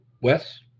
Wes